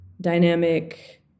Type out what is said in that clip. dynamic